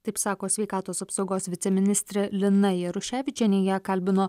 taip sako sveikatos apsaugos viceministrė lina jaruševičienė ją kalbino